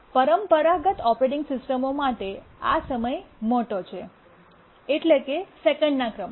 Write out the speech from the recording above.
પરંપરાગત operating system માટે આ સમય મોટો છે એટલે કે સેકંડ ના ક્રમનો